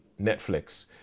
Netflix